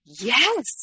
yes